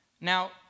Now